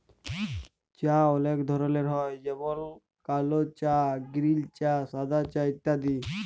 চাঁ অলেক ধরলের হ্যয় যেমল কাল চাঁ গিরিল চাঁ সাদা চাঁ ইত্যাদি